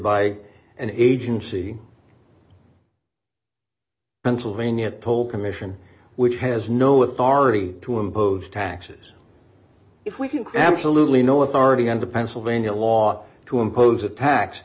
by an agency pennsylvania toll commission which has no authority to impose taxes if we can absolutely no authority under pennsylvania law to impose a ta